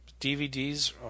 DVDs